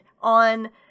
on